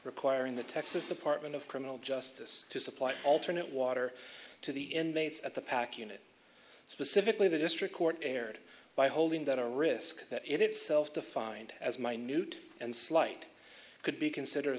requiring the texas department of criminal justice to supply alternate water to the inmates at the pac unit specifically the district court erred by holding that a risk that in itself defined as minute and slight could be considered